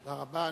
תודה רבה.